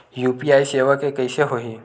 UPI सेवा के कइसे होही?